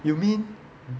you mean